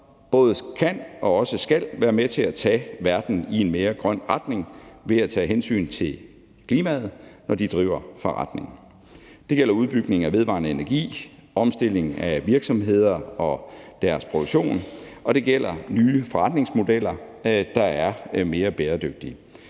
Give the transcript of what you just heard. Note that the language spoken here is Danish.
både kan og skal være med til at tage verden i en mere grøn retning ved at tage hensyn til klimaet, når de driver forretning, det gælder udbygning af vedvarende energi, omstilling af virksomheder og deres produktion, og det gælder nye forretningsmodeller, der er mere bæredygtige.